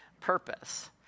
purpose